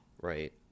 right